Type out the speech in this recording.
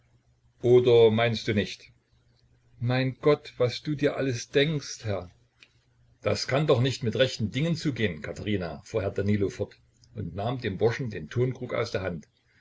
oder meinst du nicht mein gott was du dir alles denkst herr das kann doch nicht mit rechten dingen zugehn katherina fuhr herr danilo fort und nahm dem burschen den tonkrug aus der hand